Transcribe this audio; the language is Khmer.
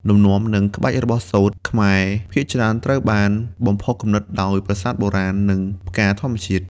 លំនាំ និងក្បាច់របស់សូត្រខ្មែរភាគច្រើនត្រូវបានបំផុសគំនិតដោយ ប្រាសាទបុរាណ និងផ្កាធម្មជាតិ។